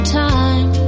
time